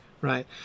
right